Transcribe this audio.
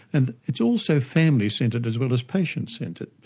and it's also family-centred as well as patient-centred,